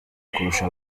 kurusha